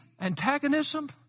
antagonism